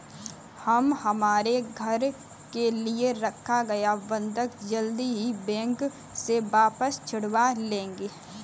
हम हमारे घर के लिए रखा गया बंधक जल्द ही बैंक से वापस छुड़वा लेंगे